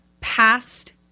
past